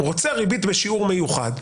רוצה ריבית בשיעור מיוחד,